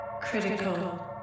critical